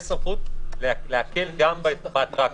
יש סמכות להקל גם באטרקציות.